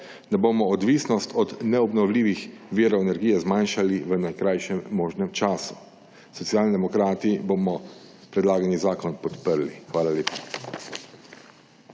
da bomo odvisnost od neobnovljivih virov energije zmanjšali v najkrajšem možnem času. Socialni demokrati bomo predlagani zakon podprli. Hvala lepa.